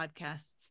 podcasts